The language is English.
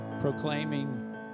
proclaiming